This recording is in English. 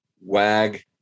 Wag